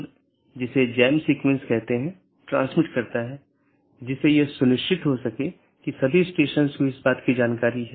हमारे पास EBGP बाहरी BGP है जो कि ASes के बीच संचार करने के लिए इस्तेमाल करते हैं औरबी दूसरा IBGP जो कि AS के अन्दर संवाद करने के लिए है